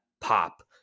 pop